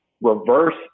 reverse